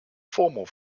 formal